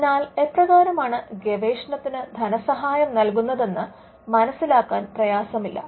അതിനാൽ എപ്രകാരമാണ് ഗവേഷണത്തിന് ധനസഹായം നൽകുന്നതെന്ന് മനസിലാക്കാൻ പ്രയാസമില്ല